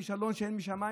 כישלון שאינו משמיים,